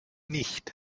nicht